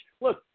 Look